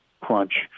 crunch